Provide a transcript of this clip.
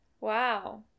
Wow